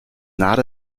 not